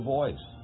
voice